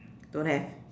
don't have